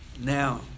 Now